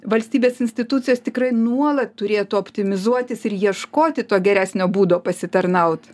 valstybės institucijos tikrai nuolat turėtų optimizuotis ir ieškoti to geresnio būdo pasitarnaut